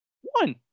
One